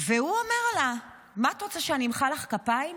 והוא אומר לה: מה את רוצה, שאני אמחא לך כפיים?